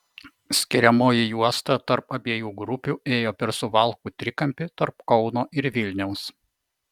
skiriamoji juosta tarp abiejų grupių ėjo per suvalkų trikampį tarp kauno ir vilniaus